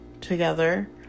together